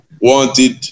wanted